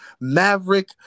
Maverick